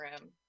room